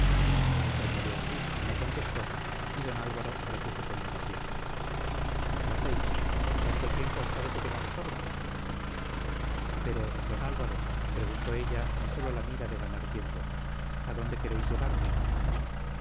doña beatriz no contestó y don álvaro repuso con impaciencia qué hacéis tanto tiempo os parece que nos sobra pero don álvaro preguntó ella con sólo la mira de ganar tiempo a dónde queréis llevarme